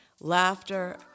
laughter